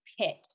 pit